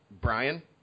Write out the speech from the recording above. Brian